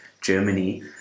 Germany